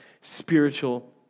spiritual